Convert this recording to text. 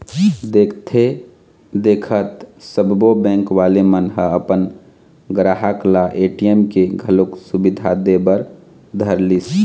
देखथे देखत सब्बो बेंक वाले मन ह अपन गराहक ल ए.टी.एम के घलोक सुबिधा दे बर धरलिस